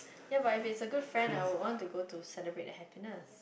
ya but if it's a good friend I would want to go to celebrate their happiness